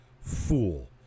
fool